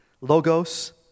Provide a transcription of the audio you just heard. Logos